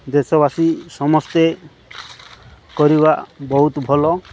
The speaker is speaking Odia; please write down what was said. ଦେଶବାସୀ ସମସ୍ତେ କରିବା ବହୁତ ଭଲ